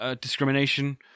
discrimination